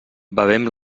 bevem